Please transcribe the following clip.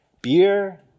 beer